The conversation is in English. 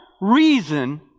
reason